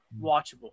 watchable